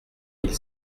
mille